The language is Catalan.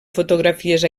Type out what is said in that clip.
fotografies